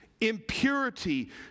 Impurity